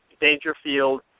Dangerfield